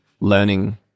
learning